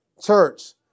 Church